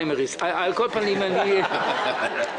בזכותכם הגענו להסכם הזה.